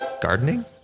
Gardening